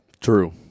True